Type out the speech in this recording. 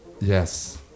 Yes